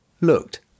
looked